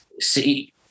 see